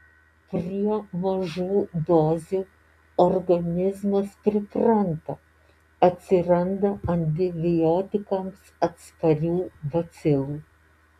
prie mažų dozių organizmas pripranta atsiranda antibiotikams atsparių bacilų